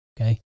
Okay